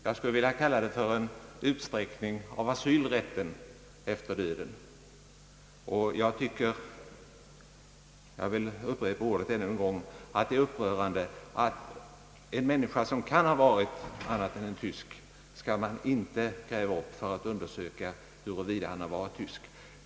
Jag skulle vilja kalla detta för en utsträckning av asylrätten efter döden, och jag tycker att det är — jag skulle vilja upprepa ordet ännu en gång — upprörande att en människa, som kan ha varit av annan nationalitet än tysk, skall behöva grävas upp för att man skall undersöka huruvida så är förhållandet.